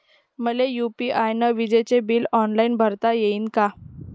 मले यू.पी.आय न विजेचे बिल ऑनलाईन भरता येईन का?